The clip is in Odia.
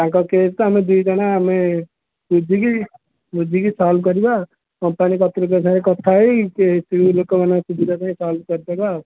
ତାଙ୍କ କେସ୍ ତ ଆମେ ଦୁଇଜଣ ଆମେ ବୁଝିକି ବୁଝିକି ସଲ୍ଭ୍ କରିବା କମ୍ପାନୀ ସାଙ୍ଗରେ କଥାହେଇ ଲୋକମାନଙ୍କ ସୁବିଧାପାଇଁ ସଲ୍ଭ୍ କରିଦେବା ଆଉ